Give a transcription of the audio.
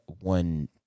one